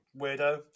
Weirdo